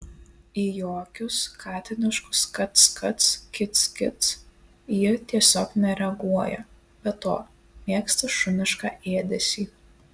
į jokius katiniškus kac kac kic kic ji tiesiog nereaguoja be to mėgsta šunišką ėdesį